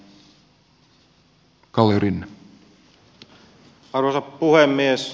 arvoisa puhemies